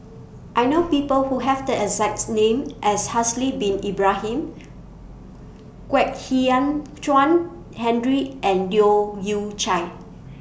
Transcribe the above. I know People Who Have The exact name as Haslir Bin Ibrahim Kwek Hian Chuan Hendry and Leu Yew Chye